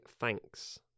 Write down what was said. thanks